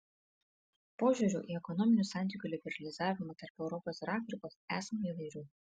požiūrių į ekonominių santykių liberalizavimą tarp europos ir afrikos esama įvairių